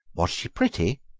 was she pretty?